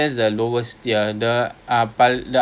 let me see eh kayak eh takde lah